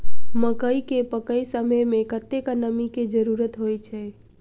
मकई केँ पकै समय मे कतेक नमी केँ जरूरत होइ छै?